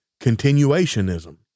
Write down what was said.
continuationism